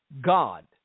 God